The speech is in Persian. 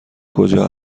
کجا